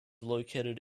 located